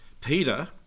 Peter